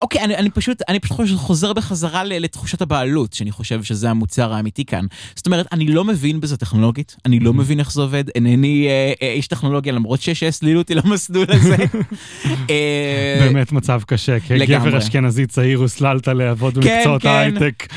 אוקיי אני פשוט חושב שאני חוזר בחזרה לתחושת הבעלות שאני חושב שזה המוצר האמיתי כאן, זאת אומרת אני לא מבין בזה טכנולוגית, אני לא מבין איך זה עובד אינני איש טכנולוגיה למרות שהסלילו אותי למסלול הזה. באמת מצב קשה, כגבר אשכנזי צעיר הוסללת לעבוד במקצועות ההייטק.